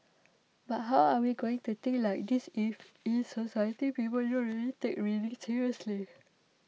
but how are we going to think like this if in society people don't really take reading seriously